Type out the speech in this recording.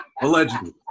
allegedly